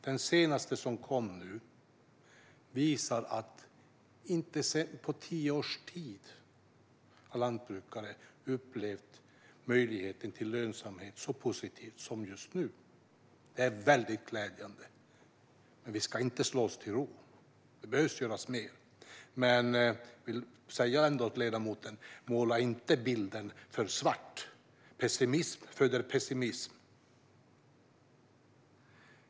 Den senaste som nyligen kom visar att lantbrukare inte på tio års tid har upplevt möjligheten till lönsamhet så positiv som just nu. Detta är väldigt glädjande, men vi ska inte slå oss till ro. Mer behöver göras. Jag vill dock säga till ledamoten: Måla inte bilden för svart. Pessimism föder pessimism.